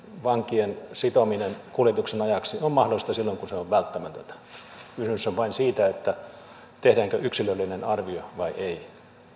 vankien sitominen kuljetuksen ajaksi on mahdollista silloin kun se on välttämätöntä kysymys on vain siitä tehdäänkö yksilöllinen arvio vai ei